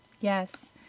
Yes